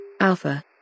alpha